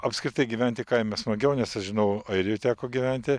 apskritai gyventi kaime smagiau nes aš žinau airijoj teko gyventi